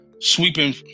sweeping